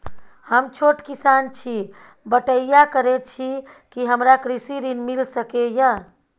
हम छोट किसान छी, बटईया करे छी कि हमरा कृषि ऋण मिल सके या?